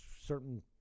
certain